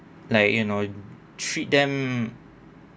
like you know treat them